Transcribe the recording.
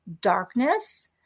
darkness